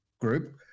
group